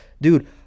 Dude